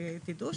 שתדעו,